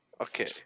Okay